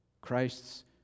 Christ's